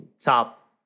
top